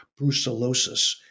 brucellosis